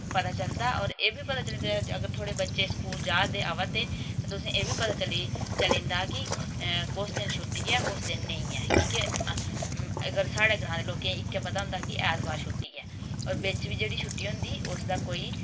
पता चलदा और एह् बी पता चलदा अगर थुआढ़े बच्चे स्कूल जा दे आवै दे तां तुसें एह् बी पता चली जंदा कि कुस दिन छुट्टी ऐ कुस दिन नेईं ऐ कि के अगर साढ़े ग्रां लोकें इक्कै पता होंदा कि ऐतबार छुट्टी ऐ और बिच्च बी जेह्ड़ी छुट्टी होंदी उसदा कोई